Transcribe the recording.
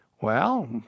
Well